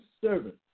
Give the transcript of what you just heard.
servant